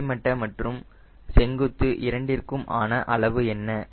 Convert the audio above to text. கிடைமட்ட மற்றும் செங்குத்து இரண்டிற்கும் ஆன அளவு என்ன